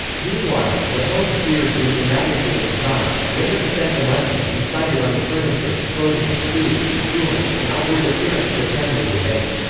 meanwhile, the home sphere grew dramatically in size women spent the money and decided on the furniture, clothing, food, schooling, and outward appearance the family would make.